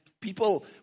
people